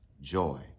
joy